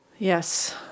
Yes